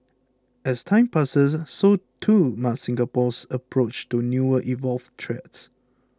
as time passes so too must Singapore's approach to newer evolved threats